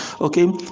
Okay